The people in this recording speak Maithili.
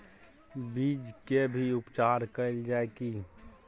बीज के भी उपचार कैल जाय की?